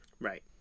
Right